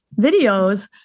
videos